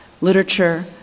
literature